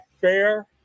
fair